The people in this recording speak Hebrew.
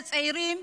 לצעירים.